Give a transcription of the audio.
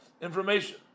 information